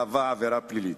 מהווה עבירה פלילית.